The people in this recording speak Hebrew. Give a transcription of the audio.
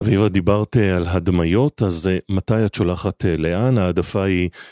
אביבה, דיברת על הדמיות, אז מתי את שולחת לאן, העדפה היא...